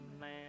man